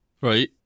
Right